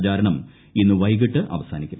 പ്രചാരണം ഇന്ന് വൈകിട്ട് അവസാനിക്കും